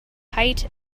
height